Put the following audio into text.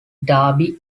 darby